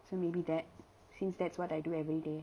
so maybe that since that's what I do everyday